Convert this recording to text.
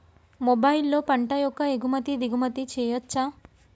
మొబైల్లో పంట యొక్క ఎగుమతి దిగుమతి చెయ్యచ్చా?